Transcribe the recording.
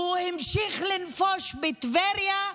והוא המשיך לנפוש בטבריה.